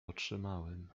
otrzymałem